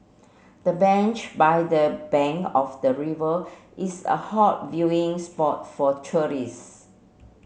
the bench by the bank of the river is a hot viewing spot for tourists